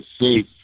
safe